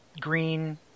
green